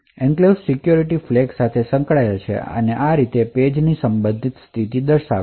તેમાં enclaves security flag સાથે સંકળાયેલ પેજ ની સંબંધિત સ્થિતિ છે